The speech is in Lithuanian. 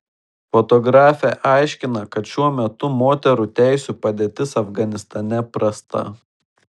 fotografė aiškina kad šiuo metu moterų teisių padėtis afganistane prasta